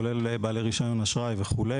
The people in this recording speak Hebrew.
כולל בעלי רישיון אשראי וכו',